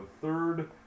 third